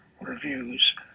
reviews